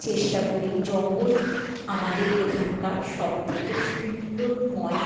চেষ্টা করি জঙ্গল আমদের এখানকার সবথেকে সুন্দরময়